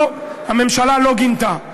לא, הממשלה לא גינתה.